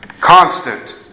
constant